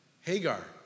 Hagar